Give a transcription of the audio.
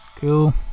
Cool